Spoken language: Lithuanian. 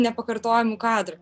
nepakartojamų kadrų